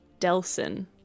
delson